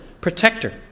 protector